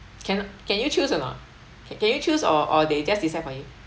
can can you choose or not ca~ can you choose or or they just decide for you